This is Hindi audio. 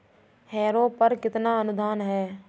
हैरो पर कितना अनुदान है?